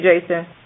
Jason